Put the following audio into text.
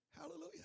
Hallelujah